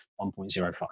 1.05